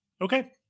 Okay